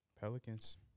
Pelicans